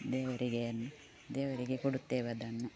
ದೇವರಿಗೆಯನ್ನು ದೇವರಿಗೆ ಕೊಡುತ್ತೇವೆ ಅದನ್ನು